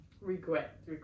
regret